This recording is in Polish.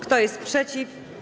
Kto jest przeciw?